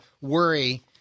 worry